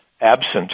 absent